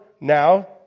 now